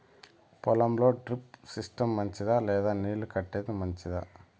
పొలం లో drip system మంచిదా లేదా నీళ్లు కట్టేది మంచిదా?